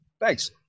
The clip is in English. Thanks